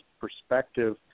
perspective